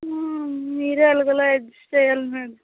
మా మీరే ఎలాగోలా అడ్జెస్ట్ చెయ్యాలి మేడం